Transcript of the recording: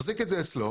מחזיק את זה אצלו